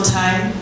time